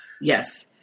Yes